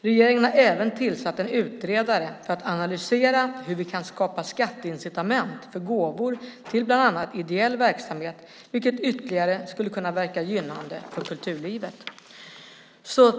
Regeringen har även tillsatt en utredare för att analysera hur vi kan skapa skatteincitament för gåvor till bland annat ideell verksamhet, vilket ytterligare skulle kunna verka gynnande för kulturlivet.